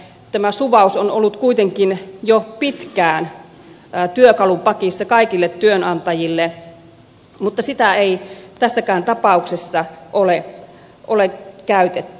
tämä suvaus on ollut kuitenkin jo pitkään työkalupakissa kaikille työnantajille mutta sitä ei tässäkään tapauksessa ole käytetty